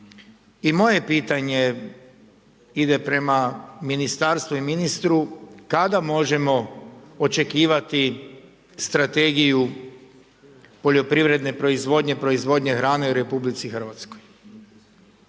i moje pitanje ide prema ministarstvu i ministru, kada možemo očekivati Strategiju poljoprivredne proizvodnje, proizvodnje hrane u RH? Mislim da je